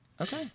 Okay